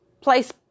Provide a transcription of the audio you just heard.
place